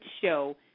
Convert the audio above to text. show